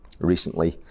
recently